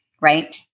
right